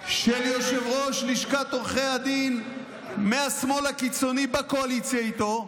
של יושב-ראש לשכת עורכי הדין מהשמאל הקיצוני בקואליציה איתו.